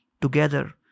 together